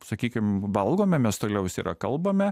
sakykim valgome mes toliau visi yra kalbame